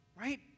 Right